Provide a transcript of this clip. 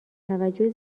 توجه